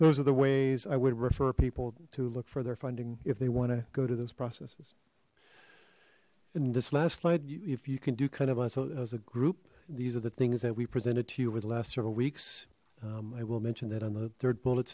those are the ways i would refer people to look for their funding if they want to go to those processes and this last slide you if you can do kind of us as a group these are the things that we presented to you over the last several weeks i will mention that on the third bullet